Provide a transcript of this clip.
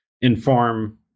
inform